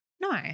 No